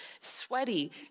Sweaty